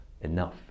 enough